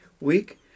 week